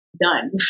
done